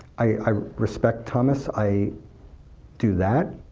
i respect thomas, i do that.